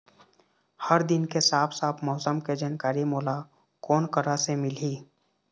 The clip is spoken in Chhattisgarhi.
हर दिन के साफ साफ मौसम के जानकारी मोला कोन करा से मिलही?